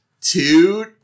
Two